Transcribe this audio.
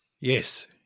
Yes